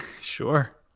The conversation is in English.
Sure